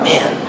Man